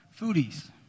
foodies